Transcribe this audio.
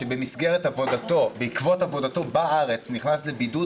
שבעקבות עבודתו בארץ נכנס לבידוד,